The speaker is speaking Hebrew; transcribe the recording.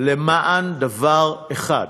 למען דבר אחד: